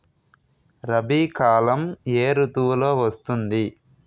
రబీ కాలం ఏ ఋతువులో వస్తుంది?